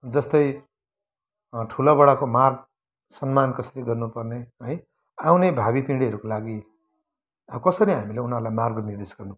जस्तै ठुलाबडाको मान सम्मान कसरी गर्नु पर्ने है आउने भावी पिँढ़ीहरूको लागि कसरी हामीले उनीहरूलाई मार्ग निर्देश गर्नु पर्ने